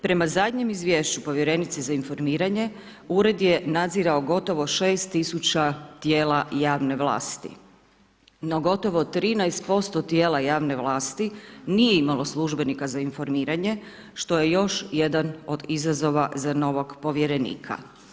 Prema zadnjem izvješću povjerenice za informiranje ured je nadzirao gotovo 6.000 tijela javne vlasti no gotovo 13% tijela javne vlasti nije imalo službenika za informiranje što je još jedan od izazova za novog povjerenika.